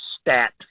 stat